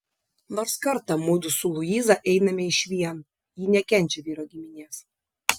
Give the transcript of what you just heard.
nors kartą mudu su luiza einame išvien ji nekenčia vyro giminės